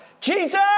Jesus